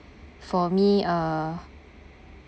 for me uh